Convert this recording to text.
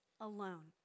alone